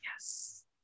yes